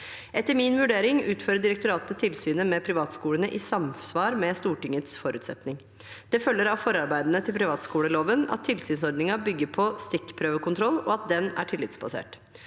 Etter min vurdering utfører direktoratet tilsynet med privatskolene i samsvar med Stortingets forutsetning. Det følger av forarbeidene til privatskoleloven at tilsynsordningen bygger på stikkprøvekontroll, og at den er tillitsbasert.